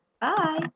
Bye